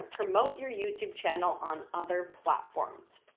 promote your youtube channel on other platforms.